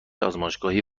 آزمایشگاهی